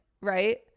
right